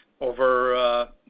over